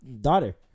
daughter